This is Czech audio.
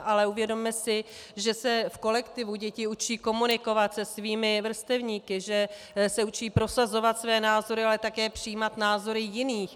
Ale uvědomme si, že se v kolektivu děti učí komunikovat se svými vrstevníky, že se učí prosazovat své názory, ale také přijímat názory jiných.